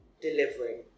delivering